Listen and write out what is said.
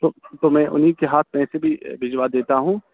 تو تو میں انہیں کے ہاتھ پیسے بھی بھجوا دیتا ہوں